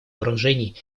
вооружений